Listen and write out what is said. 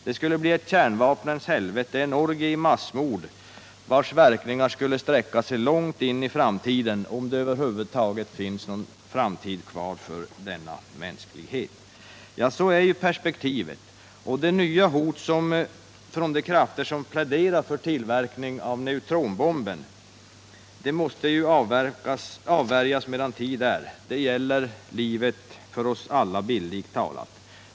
Det skulle bli ett kärnkraftens helvete, en orgie i massmord, vars verkningar skulle sträcka sig långt in i framtiden — om det över huvud taget skulle finnas någon framtid kvar för denna mänsklighet. Så är perspektivet, och det nya hotet från de krafter som pläderar för tillverkning av neutronbomben måste avvärjas medan tid är. Det gäller bokstavligt talat livet för oss alla.